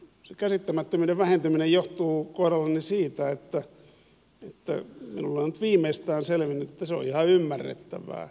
se käsittämättömyyden vähentyminen johtuu kohdallani siitä että minulle on nyt viimeistään selvinnyt että se on ihan ymmärrettävää